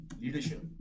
leadership